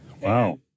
Wow